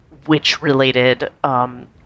witch-related